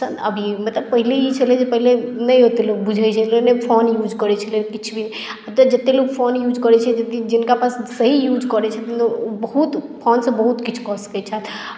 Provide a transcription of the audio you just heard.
आब ई तऽ पहिने छलै जे पहिने नहि ओतेक लोक नहि बुझैत छलय जेनरले लोक फोन यूज करैत छलै किछु भी आब तऽ फोन जतेक यूज करैत छै जतेक जिनका पास सही यूज करैत छथिन बहुत फोनसँ बहुत किछु कऽ सकैत छथि